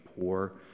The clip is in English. poor